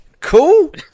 Cool